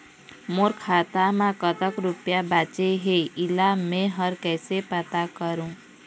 मोर खाता म कतक रुपया बांचे हे, इला मैं हर कैसे पता करों?